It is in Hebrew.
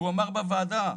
אמר בוועדה: